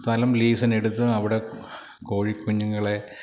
സ്ഥലം ലീസിനെടുത്തു അവിടെ കോഴിക്കുഞ്ഞുങ്ങളെ